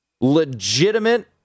legitimate